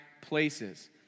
places